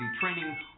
training